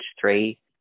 three